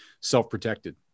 self-protected